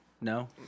No